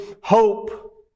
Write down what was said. hope